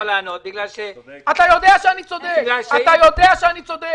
אתה יודע שאני צודק.